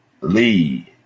Lee